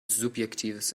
subjektives